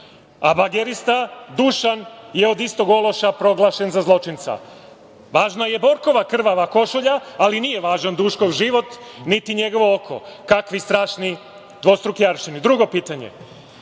A, bagerista Dušan je od istog ološa proglašen za zločinca. Važna je Borkova krvava košulja i nije važan Duškov život, niti njegovo oko. Kakvi strašni dvostruki aršini. Drugo pitanje.